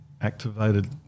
activated